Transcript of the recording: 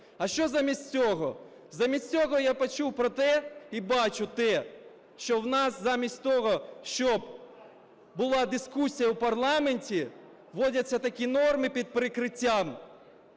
А що замість цього? Замість цього я почув про те і бачу те, що у нас замість того, щоб була дискусія в парламенті, вводяться такі норми під прикриттям